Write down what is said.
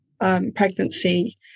pregnancy